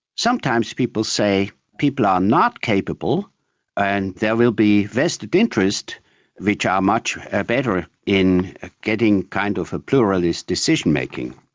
sometimes people say, people are not capable and there will be vested interests which are much ah better in ah getting kind of a pluralist decision-making.